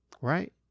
right